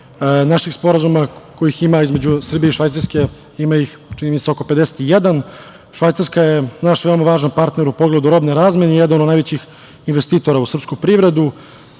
naših sporazuma kojih ima između Srbije i Švajcarske ima ih oko 51. Švajcarska je naš veoma važan partner u pogledu robne razmene i jedan od najvećih investitora u srpsku privredu.